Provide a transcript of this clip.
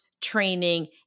training